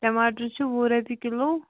ٹماٹر چھِ وُہ رۄپیہِ کِلوٗ